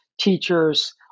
teachers